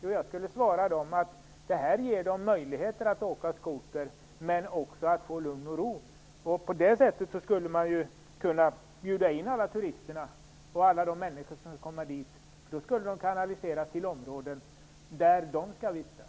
Jo, jag skulle svara att vårt förslag ger folk möjlighet att köra skoter men också att få lugn och ro. På det sättet kunde man bjuda in alla turister och de människor som vill komma dit till områden där de skall vistas.